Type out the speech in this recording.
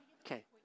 Okay